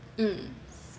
mm